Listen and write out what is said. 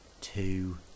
Two